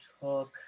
took